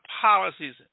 policies